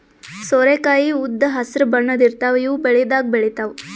ಸೋರೆಕಾಯಿ ಉದ್ದ್ ಹಸ್ರ್ ಬಣ್ಣದ್ ಇರ್ತಾವ ಇವ್ ಬೆಳಿದಾಗ್ ಬೆಳಿತಾವ್